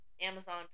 Amazon